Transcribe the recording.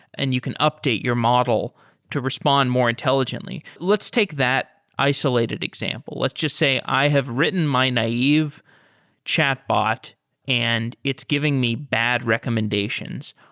and you can update your model to respond more intelligently. let's take that isolated example. let's just say i have written my naive chatbot and it's giving me bad recommendations.